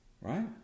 right